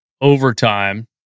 overtime